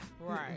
right